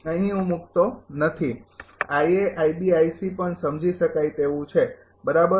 અહીં હું મૂકતો નથી પણ સમજી શકાય તેવું છે બરાબર